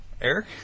Eric